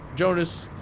jonas.